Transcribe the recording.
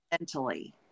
mentally